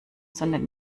sondern